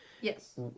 Yes